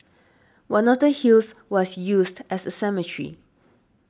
one of the hills was used as a cemetery